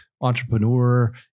entrepreneur